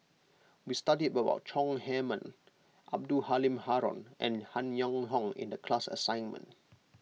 we studied about Chong Heman Abdul Halim Haron and Han Yong Hong in the class assignment